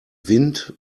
wind